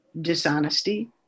dishonesty